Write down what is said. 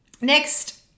Next